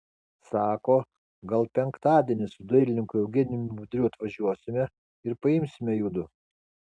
sako gal penktadienį su dailininku eugenijumi budriu atvažiuosime ir paimsime judu